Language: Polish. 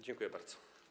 Dziękuję bardzo.